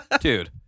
dude